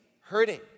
hurting